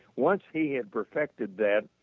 once he had perfected that